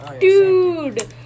Dude